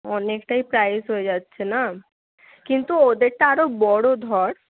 অনেকটাই প্রাইস হয়ে যাচ্ছে না কিন্তু ওদেরটা আরও বড় ধর